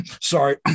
Sorry